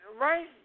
right